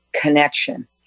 connection